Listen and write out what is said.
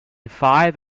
five